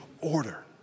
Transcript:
order